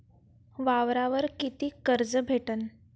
वावरावर कितीक कर्ज भेटन?